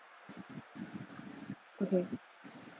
okay